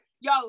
yo